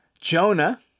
Jonah